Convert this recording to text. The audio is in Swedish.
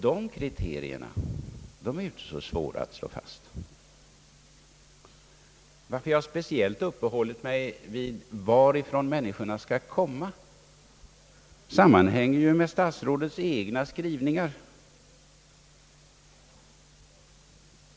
De kriterierna är inte så svåra att slå fast. Varför jag speciellt uppehållit mig vid varifrån dessa personer skall kom ma sammanhänger med statsrådets egna skrivningar.